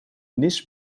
nis